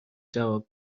جواب